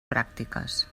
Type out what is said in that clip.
pràctiques